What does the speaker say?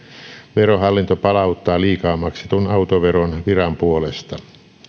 verohallinto palauttaa liikaa maksetun autoveron viran puolesta